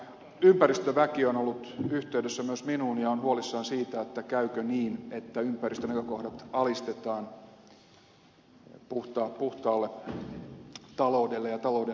ympäristöväki on ollut yhteydessä myös minuun ja on huolissaan siitä käykö niin että ympäristönäkökohdat alistetaan puhtaalle taloudelle ja talouden näkökohdille